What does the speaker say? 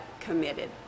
committed